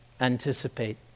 Anticipate